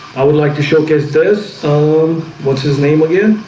i would like to showcase this so um what's his name again?